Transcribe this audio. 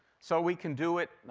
so we can do it.